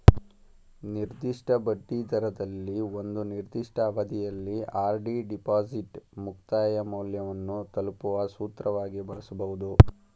ನಿರ್ದಿಷ್ಟ ಬಡ್ಡಿದರದಲ್ಲಿ ಒಂದು ನಿರ್ದಿಷ್ಟ ಅವಧಿಯಲ್ಲಿ ಆರ್.ಡಿ ಡಿಪಾಸಿಟ್ ಮುಕ್ತಾಯ ಮೌಲ್ಯವನ್ನು ತಲುಪುವ ಸೂತ್ರವಾಗಿ ಬಳಸಬಹುದು